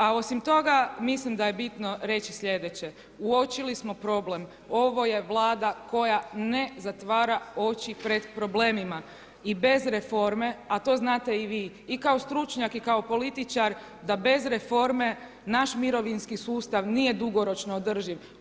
A osim toga, mislim da je bitno reći sljedeće, uočili smo problem, ovo je Vlada koja ne zatvara oči pred problemima i bez reforme, a to znate i vi kao stručnjak kao političar da bez reforme naš mirovinski sustav nije dugoročno održiv.